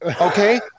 Okay